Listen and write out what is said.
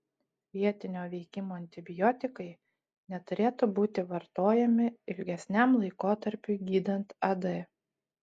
vietinio veikimo antibiotikai neturėtų būti vartojami ilgesniam laikotarpiui gydant ad